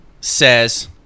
says